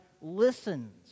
listens